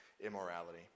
immorality